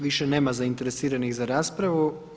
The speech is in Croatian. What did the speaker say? Više nema zainteresiranih za raspravu.